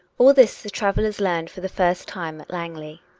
all this the travellers learned for the first time at lang ley.